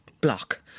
block